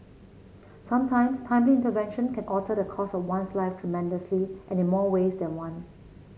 sometimes timely intervention can alter the course of one's life tremendously and in more ways than one